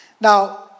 Now